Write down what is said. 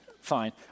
Fine